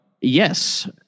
Yes